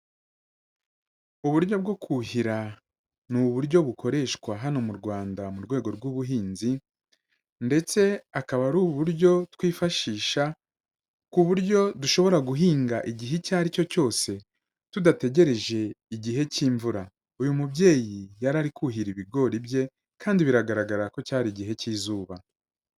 Uburyo bwo kuhira, ni uburyo bukoreshwa hano mu Rwanda mu rwego rw'ubuhinzi, ndetse akaba ari uburyo twifashisha, ku buryo dushobora guhinga igihe icyo ari cyo cyose, tudategereje igihe cy'imvura. Uyu mubyeyi yari ari kuhira ibigori bye, kandi biragaragara ko cyari igihe cy'izuba.